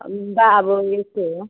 बा अब यस्तै हो